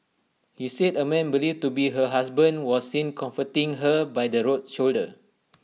he said A man believed to be her husband was seen comforting her by the road shoulder